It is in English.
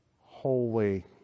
holy